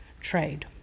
trade